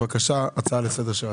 הצעה לסדר, בבקשה.